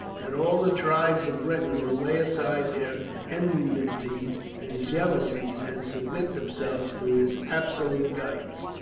that all the tribes of britain will lay aside their enmities and jealousies, and submit themselves to his absolute guidance?